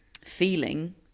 Feeling